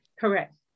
correct